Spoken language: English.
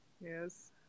Yes